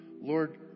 Lord